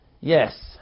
Yes